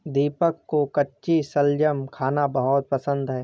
दीपक को कच्ची शलजम खाना बहुत पसंद है